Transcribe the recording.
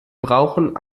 brauchen